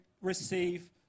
receive